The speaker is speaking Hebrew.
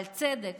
אבל צדק